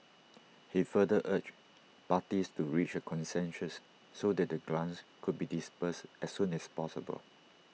he further urged parties to reach A consensus so that the grants could be disbursed as soon as possible